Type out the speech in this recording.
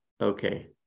okay